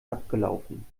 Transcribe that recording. abgelaufen